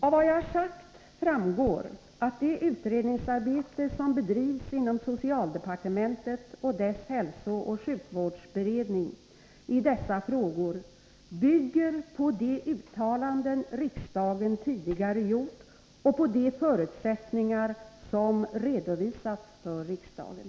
Av vad jag har sagt framgår att det utredningsarbete som bedrivs inom socialdepartementet och dess hälsooch sjukvårdsberedning i dessa frågor bygger på de uttalanden riksdagen tidigare gjort och på förutsättningar som redovisats för riksdagen.